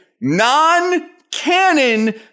non-canon